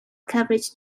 coverage